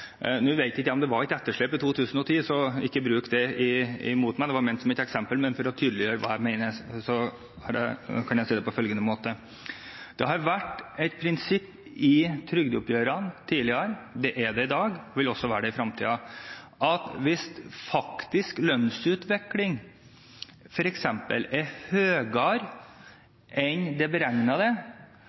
nå vet ikke jeg om det var et etterslep i 2010, så ikke bruk det imot meg, det var ment som et eksempel. Men for å tydeliggjøre hva jeg mener, kan jeg si det på følgende måte: Det har vært et prinsipp i trygdeoppgjørene tidligere, det er det i dag og vil også være det i fremtiden, at hvis faktisk lønnsutvikling f.eks. er høyere enn den beregnede, vil pensjonistene få mer i påfølgende år. Det